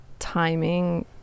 timing